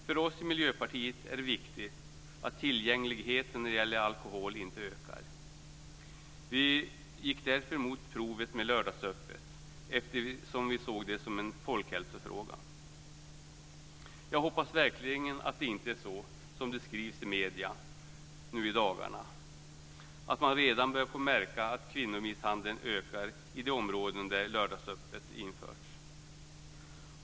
För oss i Miljöpartiet är det viktigt att tillgängligheten när det gäller alkohol inte ökar. Vi gick därför emot försöket med lördagsöppet. Vi såg det här som en folkhälsofråga. Jag hoppas verkligen att det inte är så som det skrivs i medierna nu i dagarna, nämligen att man redan börjar märka att kvinnomisshandeln ökar i de områden där lördagsöppet har införts.